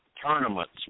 tournaments